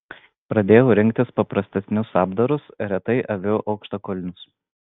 pradėjau rinktis paprastesnius apdarus retai aviu aukštakulnius